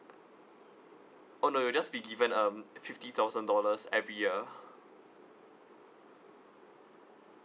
oh no you'll just be given um fifty thousand dollars every year